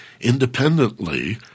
independently